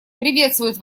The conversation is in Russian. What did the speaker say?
приветствует